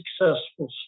successful